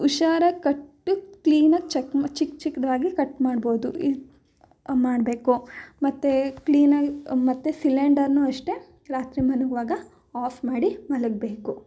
ಹುಷಾರಾಗಿ ಕಟ್ಟು ಕ್ಲೀನಾಗಿ ಚಕ್ ಮ್ ಚಿಕ್ಕ ಚಿಕ್ಕದಾಗಿ ಕಟ್ ಮಾಡ್ಬೋದು ಈ ಮಾಡಬೇಕು ಮತ್ತೇ ಕ್ಲೀನಾಗಿ ಮತ್ತೆ ಸಿಲಿಂಡರ್ನೂ ಅಷ್ಟೇ ರಾತ್ರಿ ಮಲಗುವಾಗ ಆಫ್ ಮಾಡಿ ಮಲಗಬೇಕು